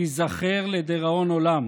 תיזכר לדיראון עולם.